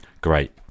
great